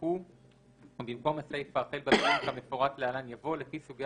יימחקו ובמקום הסיפה החל במילים "כמפורט להלן" יבוא "לפי סוגי